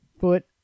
foot